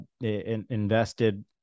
invested